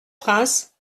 prince